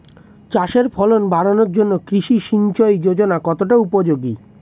চাষের ফলন বাড়ানোর জন্য কৃষি সিঞ্চয়ী যোজনা কতটা উপযোগী?